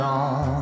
on